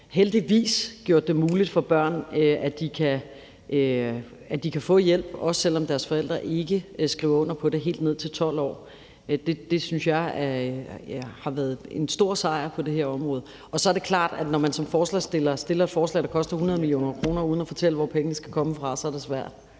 heldigvis gjort det muligt for børn helt ned til 12 år at få hjælp, også selv om deres forældre ikke skriver under på det. Det synes jeg har været en stor sejr på det her område. Så er det klart, at når man som forslagsstiller fremsætter et forslag, der koster 100 mio. kr. uden at fortælle, hvor pengene skal komme fra, så er det svært.